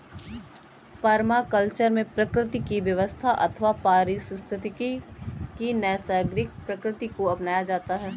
permaculture में प्रकृति की व्यवस्था अथवा पारिस्थितिकी की नैसर्गिक प्रकृति को अपनाया जाता है